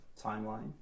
timeline